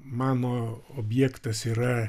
mano objektas yra